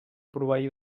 proveir